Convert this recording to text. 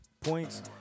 points